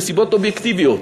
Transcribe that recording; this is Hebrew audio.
מסיבות אובייקטיביות,